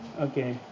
Okay